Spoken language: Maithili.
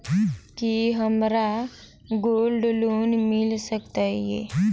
की हमरा गोल्ड लोन मिल सकैत ये?